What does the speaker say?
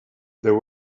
there